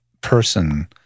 person